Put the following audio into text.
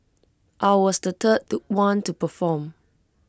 I was the third one to perform